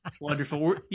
Wonderful